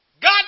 God